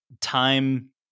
time